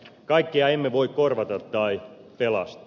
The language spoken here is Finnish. kaikkia emme voi korvata tai pelastaa